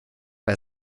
bei